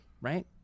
right